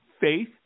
Faith